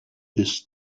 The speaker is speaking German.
ist